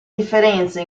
differenze